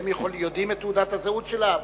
והם יודעים את תעודת הזהות של האבא.